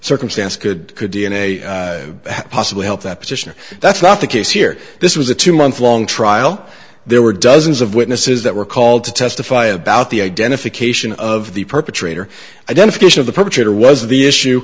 circumstance could could d n a possibly help that position that's not the case here this was a two month long trial there were dozens of witnesses that were called to testify about the identification of the perpetrator identification of the perpetrator was the issue